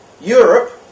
Europe